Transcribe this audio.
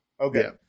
Okay